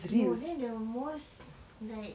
no then the most like